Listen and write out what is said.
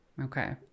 Okay